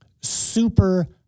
super